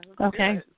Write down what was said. Okay